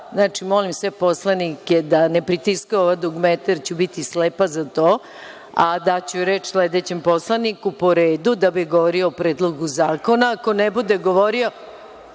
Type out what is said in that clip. Znači, molim sve poslanike da ne pritiskaju ova dugmeta, jer ću biti slepa za to, a daću reč sledećem poslaniku po redu, da bi govorio o Predlogu zakona. Ako ne bude govorio